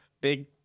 big